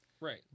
Right